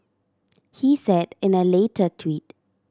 he said in a later tweet